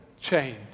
change